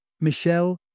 Michelle